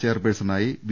ചെയർപേഴ്സണായി V